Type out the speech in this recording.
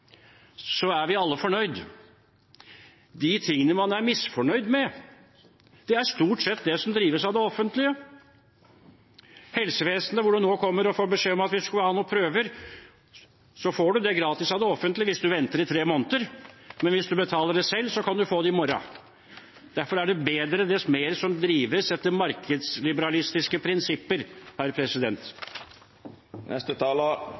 er vi alle fornøyde. De tingene man er misfornøyd med, er stort sett det som drives av det offentlige, f.eks. helsevesenet, hvor du kommer og får beskjed om at hvis du skal ha noen prøver, får du det gratis av det offentlige hvis du venter i tre måneder, men hvis du betaler det selv, kan du få det i morgen. Derfor er det bedre dess mer som drives etter markedsliberalistiske prinsipper.